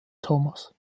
thomas